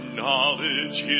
knowledge